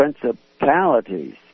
principalities